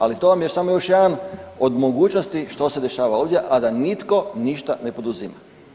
Ali to vam je samo još jedan od mogućnosti što se dešava ovdje, a da nitko ništa ne poduzima.